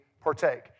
partake